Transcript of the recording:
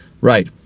Right